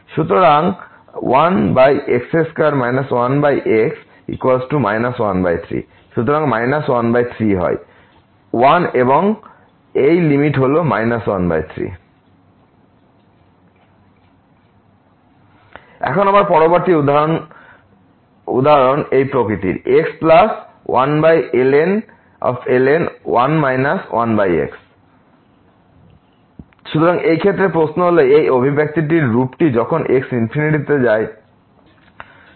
সুতরাং 1x2 1x 13 সুতরাং 13 হয় 1 এবং এই লিমিট হলো 13 এখন আবার পরবর্তী উদাহরণ এই প্রকৃতির x1ln 1 1x সুতরাং এই ক্ষেত্রে প্রশ্ন হল এই অভিব্যক্তির রূপটি যখন x এ যায়